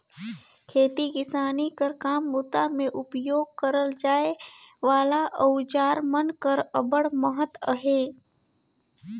खेती किसानी कर काम बूता मे उपियोग करल जाए वाला अउजार मन कर अब्बड़ महत अहे